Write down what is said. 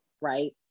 right